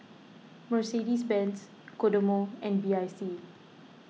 Mercedes Benz Kodomo and B I C